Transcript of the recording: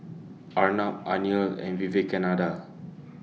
Arnab Anil and Vivekananda